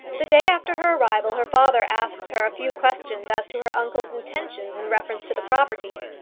the day after her arrival her father asked her a few questions as to her uncle's intentions in reference to the property.